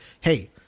hey